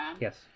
yes